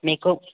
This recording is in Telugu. మీకు